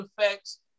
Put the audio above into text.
effects